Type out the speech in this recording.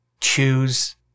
choose